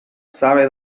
sabe